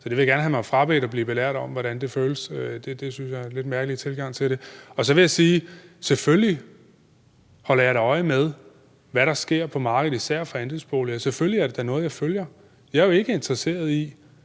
Så jeg vil gerne have mig frabedt at blive belært om, hvordan det føles. Det synes jeg er en lidt mærkelig tilgang til det. Så vil jeg sige, at selvfølgelig holder jeg da øje med, hvad der sker på markedet, især for andelsboliger. Selvfølgelig er det noget, jeg følger. Jeg er jo ikke interesseret i,